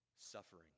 Suffering